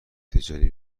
تجاری